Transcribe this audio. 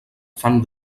fan